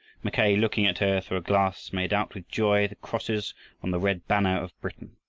mackay, looking at her through a glass, made out with joy the crosses on the red banner of britain!